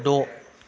द'